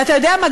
ואתה יודע מה,